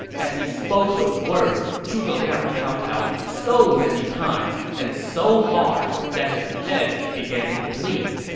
as he spoke those words, zhuge liang kowtowed so many times and so hard that his head began to bleed.